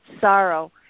sorrow